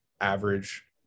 average